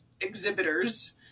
exhibitors